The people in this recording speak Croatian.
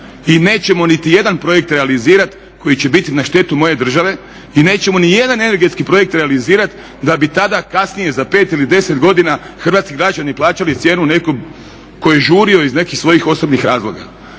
I nećemo niti jedan projekt realizirati koji će biti na štetu moje države, i nećemo ni jedan energetskih projekt realizirati da bi tada kasnije za 5 ili 10 godina hrvatski građani plaćali cijenom nekom ko je žurio iz nekih svojih osobnih razloga.